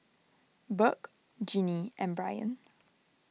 Burk Ginny and Brian